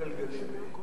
אחריו, חבר הכנסת טיבי.